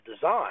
design